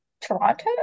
Toronto